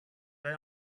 they